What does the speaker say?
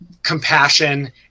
compassion